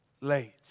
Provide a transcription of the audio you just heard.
late